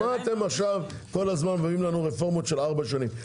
אז מה אתם מביאים לנו רפורמות של ארבע שנים?